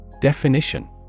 Definition